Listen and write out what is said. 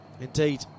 indeed